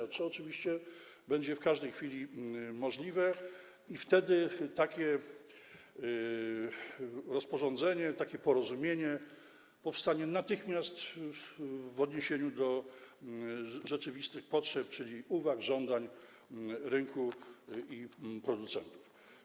To oczywiście będzie w każdej chwili możliwe i wtedy takie porozumienie powstanie natychmiast w odniesieniu do rzeczywistych potrzeb, czyli uwag, żądań rynku i producentów.